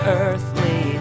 earthly